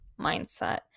mindset